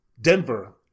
Denver